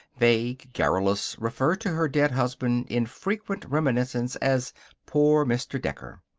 vague, garrulous, referred to her dead husband, in frequent reminiscence, as poor mr. decker.